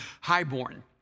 highborn